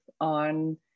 on